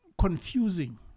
confusing